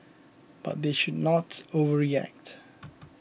but they should not over yet